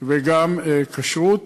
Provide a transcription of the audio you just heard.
וגם כשרות.